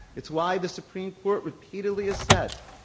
it's why the supreme court repeatedly has said,